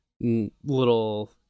little